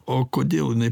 o kodėl jinai